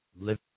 Live